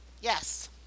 Yes